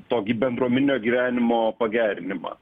tokį bendruomeninio gyvenimo pagerinimą